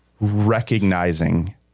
recognizing